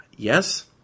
Yes